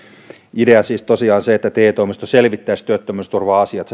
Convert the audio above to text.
idea siis tosiaan on se että te toimisto selvittäisi työttömyysturva asiat